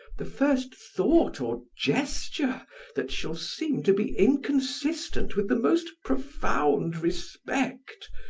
the first thought or gesture that shall seem to be inconsistent with the most profound respect,